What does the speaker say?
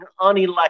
unelected